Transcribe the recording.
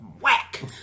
Whack